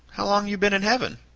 how long you been in heaven?